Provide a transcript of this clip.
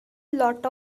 lot